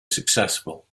successful